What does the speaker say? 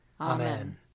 Amen